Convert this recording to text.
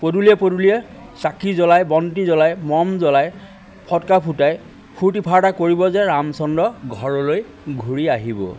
পদূলিয়ে পদূলিয়ে চাকি জ্বলাই বন্তি জ্বলাই মম জ্বলাই ফটকা ফুটাই ফূৰ্তি ফাৰ্তা কৰিব যে ৰামচন্দ্ৰ ঘৰলৈ ঘূৰি আহিব